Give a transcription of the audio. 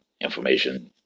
information